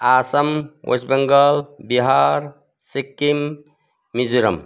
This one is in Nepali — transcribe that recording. आसाम वेस्ट बेङ्गाल बिहार सिक्किम मिजोराम